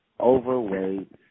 overweight